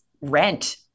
rent